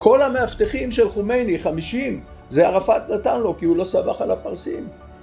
כל המאבטחים של חומני, 50, זה עראפת נתן לו כי הוא לא סמך על הפרסים.